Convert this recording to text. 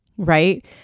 right